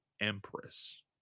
Empress